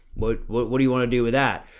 what, what, what do you want to do with that?